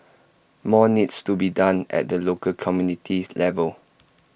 more needs to be done at the local community level